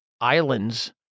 islands